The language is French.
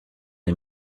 les